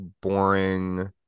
boring